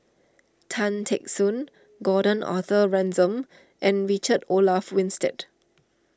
Tan Teck Soon Gordon Arthur Ransome and Richard Olaf Winstedt